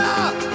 up